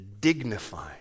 dignifying